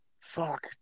Fuck